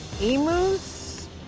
emus